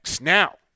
Now